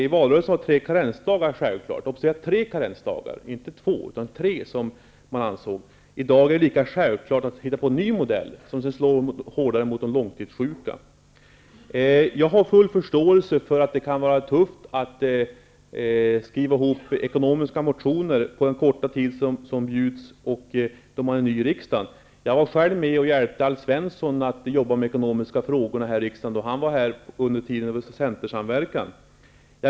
I valrörelsen var tre karensdagar självklart -- observera att det var tre, inte två -- och i dag är det lika självklart att ta fram en ny modell, som slår hårdare mot de långtidssjuka. Jag har full förståelse för att det kan vara tufft att skriva ihop ekonomiska motioner på den korta tid som står till buds då man är ny i riksdagen. Jag hjälpte själv Alf Svensson med de ekonomiska frågorna då han satt i riksdagen under centersamverkan.